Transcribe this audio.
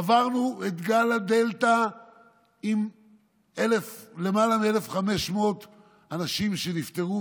עברנו את גל הדלתא עם למעלה מ-1,500 אנשים שנפטרו,